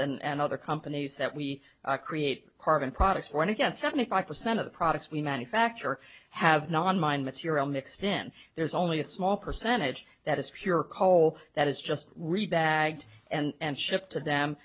and other companies that we create carbon products when you get seventy five percent of the products we manufacture have not on mine material mixed in there is only a small percentage that is pure coal that is just read bagged and shipped to